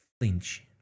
flinch